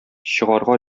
чыгарга